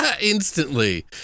instantly